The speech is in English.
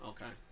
Okay